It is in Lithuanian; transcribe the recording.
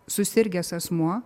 susirgęs asmuo